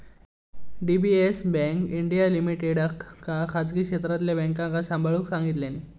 DBS bank India लिमिटेडका खासगी क्षेत्रातल्या बॅन्कांका सांभाळूक सांगितल्यानी